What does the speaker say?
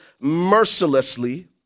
mercilessly